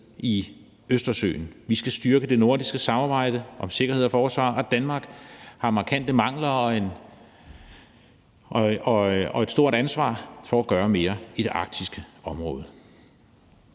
i Østersøen. Vi skal styrke det nordiske samarbejde om sikkerhed og forsvar, og Danmark har markante mangler og et stort ansvar for at gøre mere i det arktiske område.